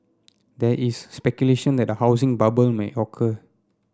there is speculation that a housing bubble may occur